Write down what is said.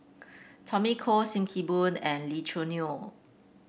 Tommy Koh Sim Kee Boon and Lee Choo Neo